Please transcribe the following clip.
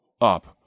up